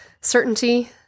certainty